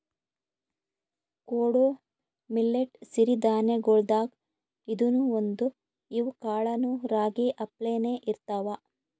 ಕೊಡೊ ಮಿಲ್ಲೆಟ್ ಸಿರಿ ಧಾನ್ಯಗೊಳ್ದಾಗ್ ಇದೂನು ಒಂದು, ಇವ್ ಕಾಳನೂ ರಾಗಿ ಅಪ್ಲೇನೇ ಇರ್ತಾವ